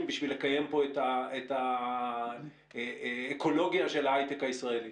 בשביל לקיים פה את האקולוגיה של ההיי-טק הישראלי.